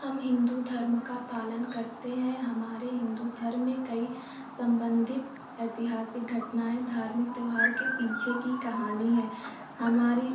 हम हिन्दू धर्म का पालन करते हैं हमारे हिन्दू धर्म में कई सम्बन्धित ऐतिहासिक घटनाएँ धार्मिक त्यौहार के पीछे की कहानी है हमारी